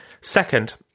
Second